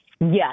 Yes